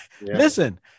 listen